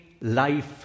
life